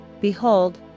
Behold